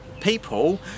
people